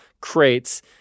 crates